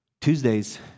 Tuesdays